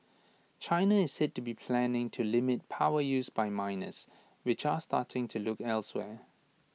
China is said to be planning to limit power use by miners which are starting to look elsewhere